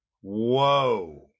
Whoa